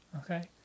okay